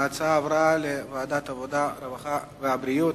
ההצעה עברה לוועדת העבודה, הרווחה והבריאות.